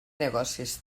negocis